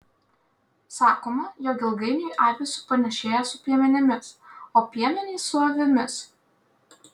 sakoma jog ilgainiui avys supanašėja su piemenimis o piemenys su avimis